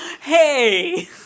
Hey